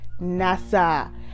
Nasa